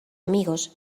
amigos